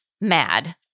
mad